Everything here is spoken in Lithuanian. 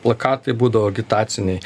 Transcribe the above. plakatai būdavo agitaciniai